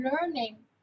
learning